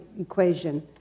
equation